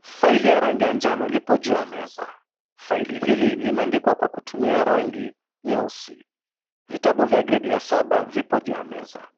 Faili ya rangi ya njano lipo juu ya meza. Faili hili imeandikwa kwa kutumia rangi nyeusi. Vitabu vya gredi ya saba viko juu ya meza.